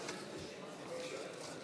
תרבות וספורט,